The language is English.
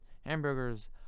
hamburgers